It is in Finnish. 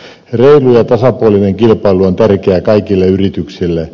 reilu ja tasapuolinen kilpailu on tärkeää kaikille yrityksille